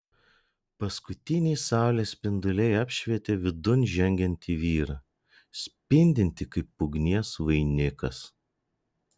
paskutiniai saulės spinduliai apšvietė vidun žengiantį vyrą spindintį kaip ugnies vainikas